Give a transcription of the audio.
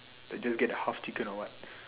I just get house chicken or what